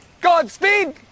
Godspeed